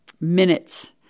minutes